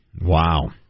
Wow